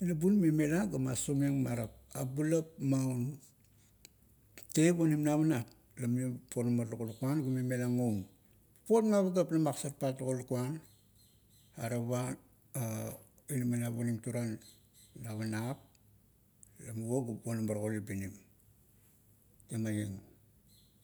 inabun man mela ga masaumeng marap, abulap maun teip onim navanap lame ponama to lakuan ga ime mela ngon. Papot ma pagap la magasar pang togo lakuan. Ave pava, inaminiap onim touran navanap, la muvo ga ponama togo libinim. Temaieng.